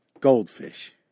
Goldfish